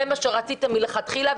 זה מה שרציתם מלכתחילה,